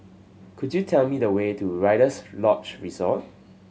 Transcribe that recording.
could you tell me the way to Rider's Lodge Resort